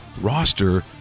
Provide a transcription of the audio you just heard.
roster